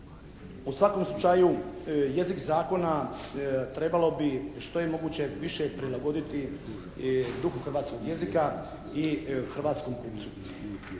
U svakom slučaju jezik zakona trebalo bi što je moguće više prilagoditi duhu hrvatskog jezika i hrvatskom kupcu,